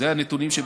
אלה הנתונים.